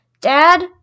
Dad